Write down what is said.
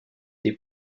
des